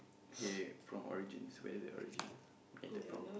okay from origins where did it originated from